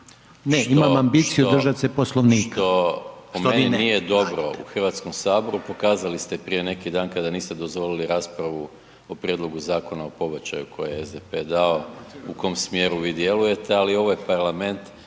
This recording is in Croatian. **Maras, Gordan (SDP)** … što po meni nije dobro u Hrvatskom saboru, pokazali ste prije neki dan kada niste dozvolili raspravu o Prijedlogu Zakona o pobačaju koji je SDP dao, u kom smjeru vi djelujete ali ovo je parlament